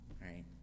right